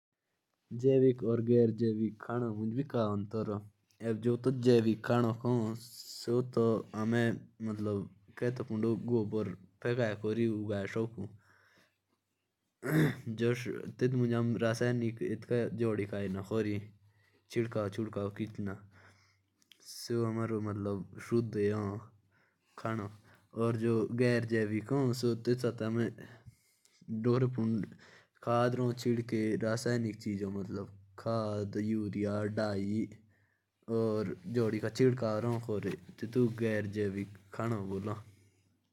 जेविक सब्जिया तब महंगी होती हैं। क्योंकि जो किसान होते हैं वो इसे खून पसीने की मेहनत से लगाते हैं। और काम करते हैं इसलिए ये महंगी सही है।